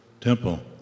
temple